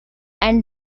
and